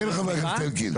66. כן, חבר הכנסת אלקין.